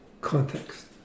context